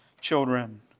children